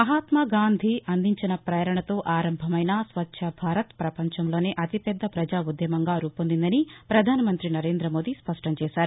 మహాత్మాగాంధీ అందించిన పేరణతో ఆరంభమైన స్వచ్చభారత్ ప్రపంచంలోనే అతి పెద్ద ప్రజా ఉద్యమంగా రూపొందిందని ప్రధాసమంతి నరేందమోదీ స్పష్టంచేశారు